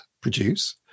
produce